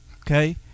Okay